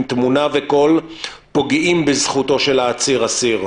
תמונה וקול פוגעים בזכותו של העציר/אסיר.